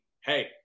hey